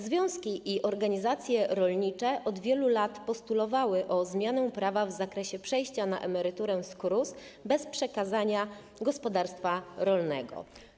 Związki i organizacje rolnicze od wielu lat postulowały zmianę prawa w zakresie przejścia na emeryturę w KRUS bez przekazania gospodarstwa rolnego.